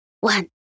one